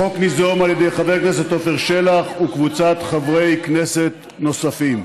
החוק ניזום על ידי חבר הכנסת עפר שלח וקבוצת חברי כנסת נוספים.